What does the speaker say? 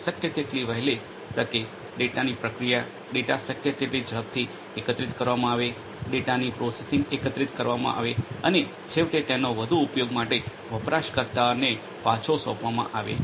અને શક્ય તેટલી વહેલી તકે ડેટાની પ્રક્રિયા ડેટા શક્ય તેટલી ઝડપથી એકત્રિત કરવામાં આવે ડેટાની પ્રોસેસિંગ એકત્રિત કરવામાં આવે અને છેવટે તેનો વધુ ઉપયોગ માટે વપરાશકર્તાને પાછો સોંપવામાં આવે છે